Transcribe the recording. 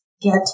get